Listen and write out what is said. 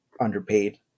underpaid